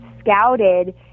Scouted